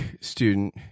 student